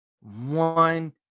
one